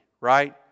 right